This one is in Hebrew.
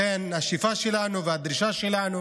השאיפה שלנו והדרישה שלנו